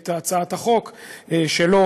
את הצעת החוק שלו.